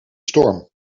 storm